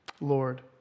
Lord